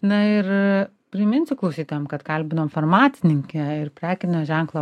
na ir priminsiu klausytojam kad kalbinom farmacininkę ir prekinio ženklo